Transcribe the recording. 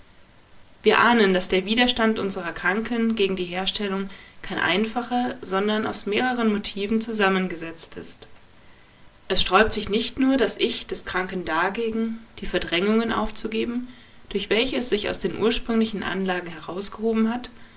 wir ahnen daß der widerstand unserer kranken gegen die herstellung kein einfacher sondern aus mehreren motiven zusammengesetzt ist es sträubt sich nicht nur das ich des kranken dagegen die verdrängungen aufzugeben durch welche es sich aus den ursprünglichen anlagen herausgehoben hat